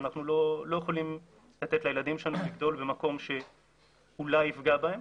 ואנחנו לא יכולים לתת לילדים שלנו לגדול שאולי יפגע בהם.